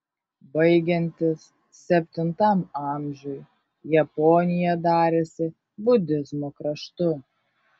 baigiantis septintam amžiui japonija darėsi budizmo kraštu